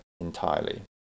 entirely